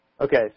Okay